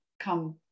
come